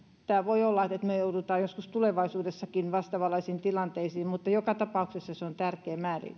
voi olla että me joudumme joskus tulevaisuudessakin vastaavanlaisiin tilanteisiin joka tapauksessa se on tärkeä